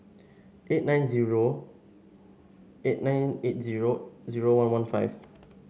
eight nine zero eight nine eight zero zero one one five